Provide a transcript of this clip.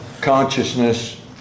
consciousness